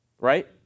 right